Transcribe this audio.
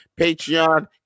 Patreon